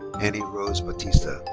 anny rose batista.